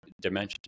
Dimension